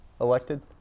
elected